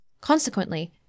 Consequently